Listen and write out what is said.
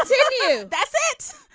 ah yeah that's it.